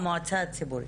המועצה הציבורית.